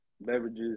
beverages